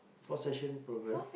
four session program